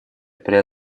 при